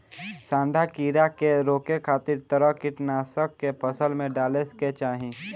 सांढा कीड़ा के रोके खातिर तरल कीटनाशक के फसल में डाले के चाही